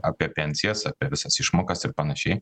apie pensijas apie visas išmokas ir panašiai